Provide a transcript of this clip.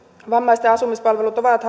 vammaisten asumispalvelut ovat